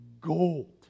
gold